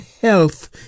health